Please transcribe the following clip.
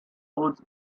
odds